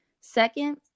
Second